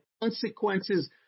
consequences